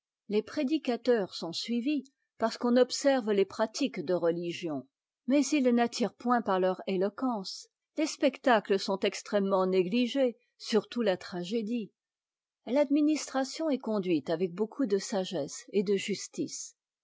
les prédicateurs sont suivis parce qu'on observe les pratiques de religion mais ils n'attirent point par leur éloquence les spectacles sont extrêmement négligés surtout la tragédie l'administration est conduite avec beaucoup de sagesse et de justice